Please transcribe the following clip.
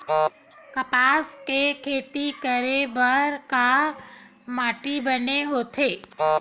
कपास के खेती करे बर का माटी बने होथे?